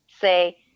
say